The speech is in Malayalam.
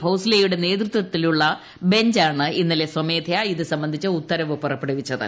ഭോസ്ലെയുടെ നേതൃത്വത്തിലുള്ള ബഞ്ചാണ് ഇന്നലെ സ്വമേധയാ ഇതു സംബന്ധിച്ച ഉത്തരവ് പുറപ്പെടുവിച്ചത്